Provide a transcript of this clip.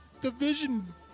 division